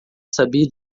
sabia